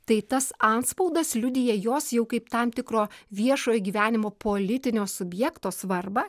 tai tas antspaudas liudija jos jau kaip tam tikro viešojo gyvenimo politinio subjekto svarbą